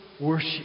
worship